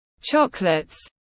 chocolates